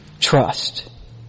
Trust